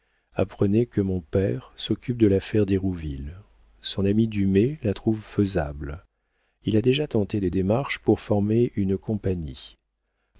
apprenez que mon père s'occupe de l'affaire d'hérouville son ami dumay la trouve faisable il a déjà tenté des démarches pour former une compagnie